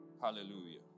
Hallelujah